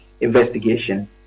investigation